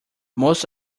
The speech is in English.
most